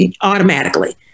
automatically